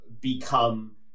become